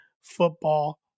football